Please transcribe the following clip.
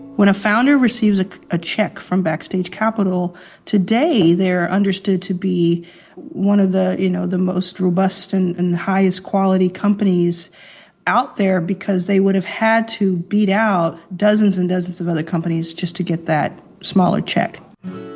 when a founder receives a check from backstage capital today they are understood to be one of the you know the most robust and and highest quality companies out there, because they would have had to beat out dozens and dozens of other companies just to get that smaller check.